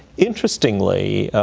interestingly,